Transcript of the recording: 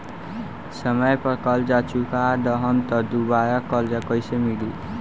समय पर कर्जा चुका दहम त दुबाराकर्जा कइसे मिली?